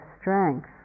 strength